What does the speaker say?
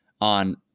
on